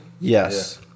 Yes